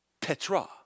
Petra